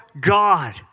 God